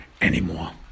anymore